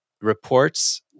reports